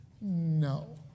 No